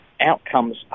Outcomes